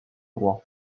roi